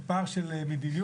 זה פער של מדיניות,